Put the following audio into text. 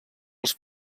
els